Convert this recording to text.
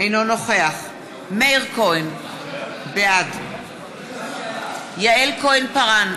אינו נוכח מאיר כהן, בעד יעל כהן-פארן,